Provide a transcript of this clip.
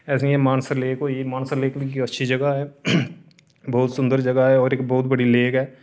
ऐसियां मानसर लेक होई गेई मानसर लेक बी अच्छी जगह ऐ बहुत सुन्दर जगह होर इक बहुत बड़ी लेक ऐ